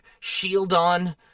Shieldon